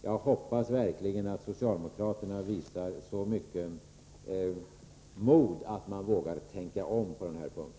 Jag hoppas verkligen att socialdemokraterna visar så mycket mod att de vågar tänka om på den här punkten.